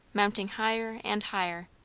mounting higher and higher.